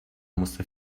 musste